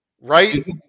Right